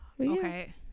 okay